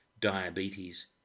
Diabetes